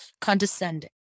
condescending